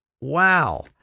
Wow